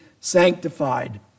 sanctified